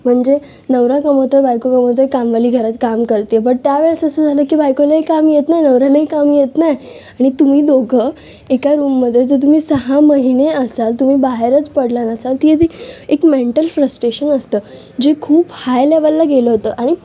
म्हणजे नवरा कमवतो बायको कमवते कामवाली घरात काम करते बट त्यावेळेस असं झालं की बायकोलाही काम येत नाही नवऱ्यालाही काम येत नाही आणि तुम्ही दोघं एका रूममध्ये जर तुम्ही सहा महिने असाल तुम्ही बाहेरच पडला नसाल ती जी एक मेंटल फ्रस्ट्रेशन असतं जे खूप हाय लेव्हलला गेलं होतं आणि